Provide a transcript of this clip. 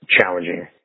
challenging